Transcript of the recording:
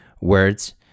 words